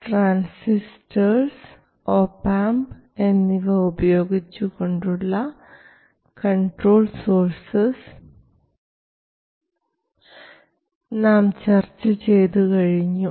transistors op amp എന്നിവ ഉപയോഗിച്ചു കൊണ്ടുള്ള കൺട്രോൾഡ് സോഴ്സസ് നാം ചർച്ച ചെയ്തു കഴിഞ്ഞു